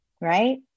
right